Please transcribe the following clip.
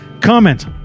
Comment